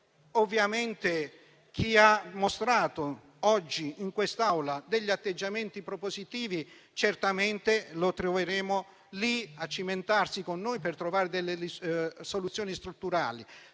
certamente chi ha mostrato oggi in quest'Aula degli atteggiamenti propositivi nei confronti di tale riforma a cimentarsi con noi per trovare delle soluzioni strutturali,